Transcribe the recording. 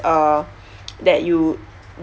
uh that you